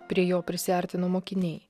prie jo prisiartino mokiniai